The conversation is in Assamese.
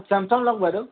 ছেমছাং লওক বাইদেউ